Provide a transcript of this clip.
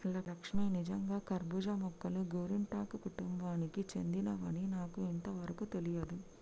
లక్ష్మీ నిజంగా కర్బూజా మొక్కలు గోరింటాకు కుటుంబానికి సెందినవని నాకు ఇంతవరకు తెలియదు